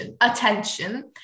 attention